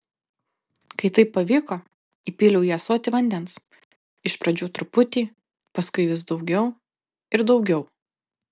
kai tai pavyko įpyliau į ąsotį vandens iš pradžių truputį paskui vis daugiau ir daugiau